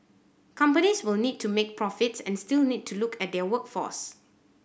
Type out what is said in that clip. companies will need to make profits and still need to look at their workforce